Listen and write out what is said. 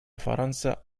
فرنسا